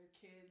Kids